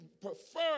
prefer